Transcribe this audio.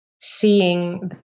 seeing